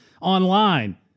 online